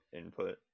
input